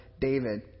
David